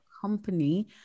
company